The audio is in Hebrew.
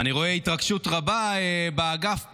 אני רואה התרגשות רבה באגף פה,